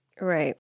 Right